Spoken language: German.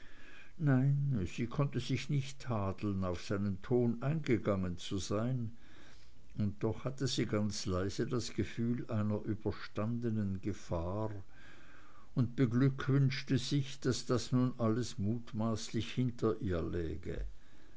nein sie konnte sich nicht tadeln auf seinen ton eingegangen zu sein und doch hatte sie ganz leise das gefühl einer überstandenen gefahr und beglückwünschte sich daß das alles nun mutmaßlich hinter ihr läge